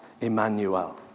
Emmanuel